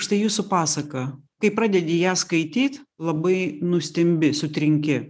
štai jūsų pasaka kai pradedi ją skaityt labai nustembi sutrinki